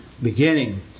beginning